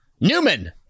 Newman